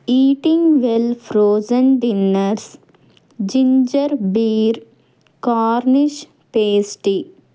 eating well frozen dinners ginger beer cornish pasty